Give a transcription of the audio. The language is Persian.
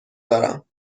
دارم